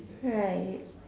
right